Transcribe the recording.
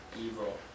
Evil